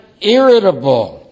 irritable